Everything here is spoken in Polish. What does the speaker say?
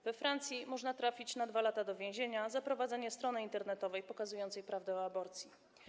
We Francji można na 2 lata trafić do więzienia za prowadzenie strony internetowej pokazującej prawdę o aborcji.